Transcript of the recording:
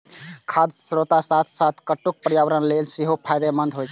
खाद्यान्नक स्रोत के साथ साथ कट्टू पर्यावरण लेल सेहो फायदेमंद होइ छै